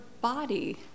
body